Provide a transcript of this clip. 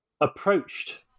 approached